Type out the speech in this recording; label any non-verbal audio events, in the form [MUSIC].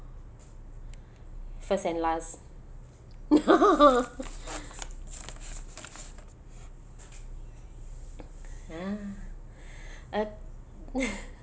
first and last [LAUGHS] ha [BREATH] uh [LAUGHS]